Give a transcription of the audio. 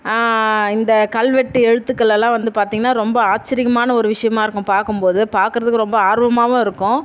இந்த கல்வெட்டு எழுத்துக்கள் எல்லாம் வந்து பார்த்தீங்கன்னா ரொம்ப ஆச்சரியமான ஒரு விஷயமா இருக்கும் பார்க்கும்போது பார்க்கறதுக்கு ரொம்ப ஆர்வமாவும் இருக்கும்